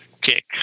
kick